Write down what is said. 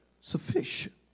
sufficient